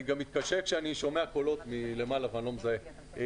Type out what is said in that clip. אני גם מתקשה כשאני שומע קולות מלמעלה ואני לא מזהה.